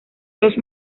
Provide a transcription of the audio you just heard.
los